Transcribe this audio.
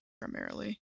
primarily